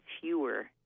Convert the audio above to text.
fewer